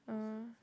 oh